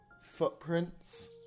footprints